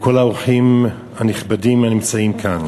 וכל האורחים הנכבדים הנמצאים כאן,